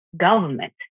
government